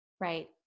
Right